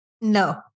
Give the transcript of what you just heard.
no